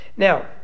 Now